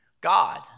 God